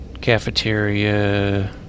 cafeteria